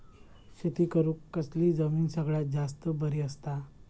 शेती करुक कसली जमीन सगळ्यात जास्त बरी असता?